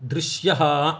दृश्यः